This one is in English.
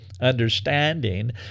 understanding